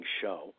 show